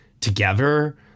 together